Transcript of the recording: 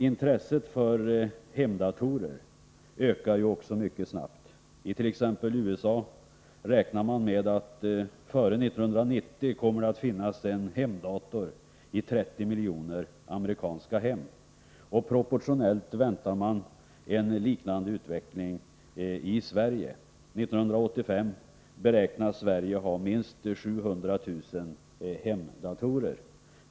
Intresset för hemdatorer ökar också mycket snabbt. I t.ex. USA räknar man med att det före 1990 kommer att finnas en hemdator i 30 miljoner amerikanska hem. Proportionellt räknar man med en liknande utveckling i Sverige. År 1985 beräknas Sverige ha minst 700 000 hemdatorer.